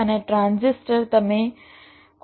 અને ટ્રાન્ઝિસ્ટર તમે કોઈપણ રીતે ઉપયોગ કરી શકો છો